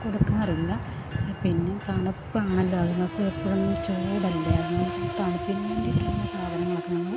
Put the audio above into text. കൊടുക്കാറില്ല പിന്നെ തണുപ്പ് ആണല്ലോ അതുങ്ങള്ക്കും എപ്പോഴും ചൂടല്ലേ അതുങ്ങള്ക്ക് തണുപ്പിന് വേണ്ടിയിട്ടുള്ള സാധനങ്ങളൊക്കെ ഞങ്ങൾ